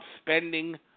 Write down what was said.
spending